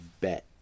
bet